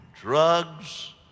drugs